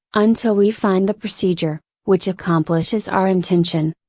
until we find the procedure, which accomplishes our intention.